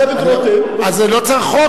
אז לא צריך חוק,